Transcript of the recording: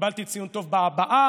קיבלתי ציון טוב בהבעה,